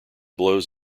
blows